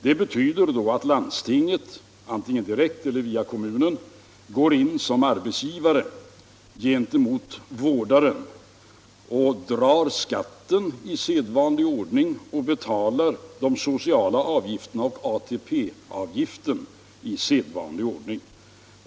Det betyder att landstinget, antingen direkt eller via kommunen, går in som arbetsgivare gentemot vårdaren och drar skatten och betalar de sociala avgifterna och ATP-avgiften i sedvanlig ordning.